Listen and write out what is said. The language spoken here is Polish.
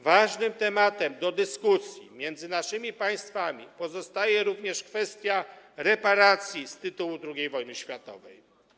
Ważnym tematem do dyskusji między naszymi państwami pozostaje również kwestia reparacji z tytułu II wojny światowej.